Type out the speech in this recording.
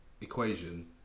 equation